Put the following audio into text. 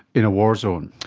in a war zone.